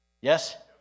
Yes